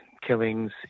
killings